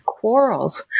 Quarrels